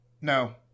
No